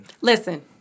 Listen